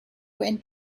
went